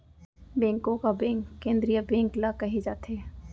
बेंको का बेंक केंद्रीय बेंक ल केहे जाथे